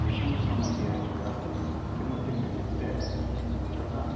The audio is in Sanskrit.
प्रशंसाम् अपि अस्ति किमर्थम् इत्युक्ते अत्र